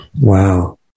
Wow